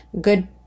good